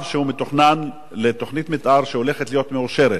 שמתוכנן לתוכנית מיתאר שהולכת להיות מאושרת.